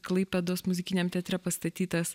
klaipėdos muzikiniame teatre pastatytas